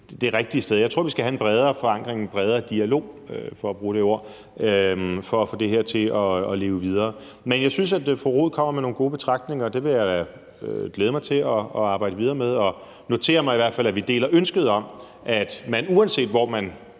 det rigtige sted. Jeg tror, at vi skal have en bredere forankring og en bredere dialog, for at bruge det ord, for at få det her til at leve videre. Men jeg synes, at fru Lotte Rod kommer med nogle gode betragtninger, og det vil jeg glæde mig til at arbejde videre med, og jeg noterer mig i hvert fald, at vi deler ønsket om, at man, uanset hvor man